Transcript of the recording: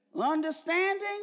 Understanding